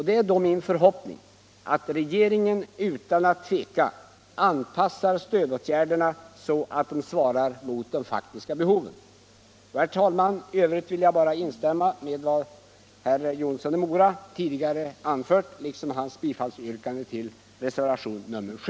Det är därför min förhoppning att regeringen utan att tveka anpassar stödåtgärderna så att de svarar mot de faktiska behoven. Herr talman! I övrigt vill jag bara instämma i vad herr Jonsson i Mora tidigare har anfört liksom i hans bifallsyrkande till reservationen Fe